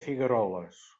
figueroles